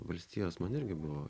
valstijos man irgi buvo